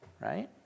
right